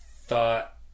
thought